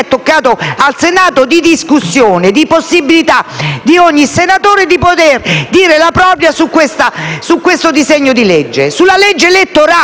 toccato al Senato di discussione, quanto a possibilità per ogni senatore di poter dire la propria su questo disegno di legge, sulla legge elettorale,